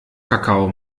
kakao